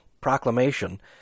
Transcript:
proclamation